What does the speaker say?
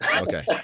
Okay